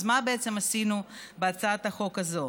אז מה בעצם עשינו בהצעת החוק הזאת?